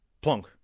Plonk